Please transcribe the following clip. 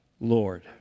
Lord